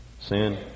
Sin